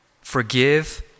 forgive